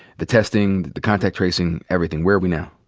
the testing, the contact tracing, everything, where are we now?